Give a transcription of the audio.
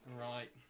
Right